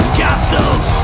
castles